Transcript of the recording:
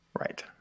Right